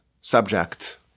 subject